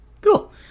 Cool